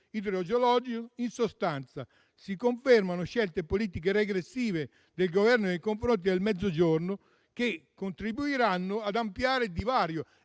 idrogeologico: in sostanza si confermano scelte politiche regressive del Governo nei confronti del Mezzogiorno, che contribuiranno ad ampliare i divari